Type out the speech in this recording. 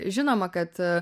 žinoma kad